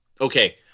Okay